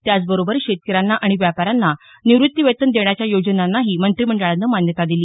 त्याचबरोबर शेतकऱ्यांना आणि व्यापाऱ्यांना निवृत्तीवेतन देण्याच्या योजनांनाही मंत्रीमंडळानं मान्यता दिली